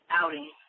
outing